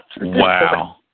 Wow